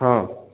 ହଁ